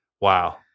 wow